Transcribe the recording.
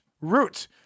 Roots